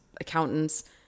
accountants